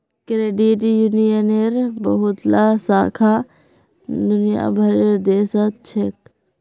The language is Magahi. क्रेडिट यूनियनेर बहुतला शाखा दुनिया भरेर देशत छेक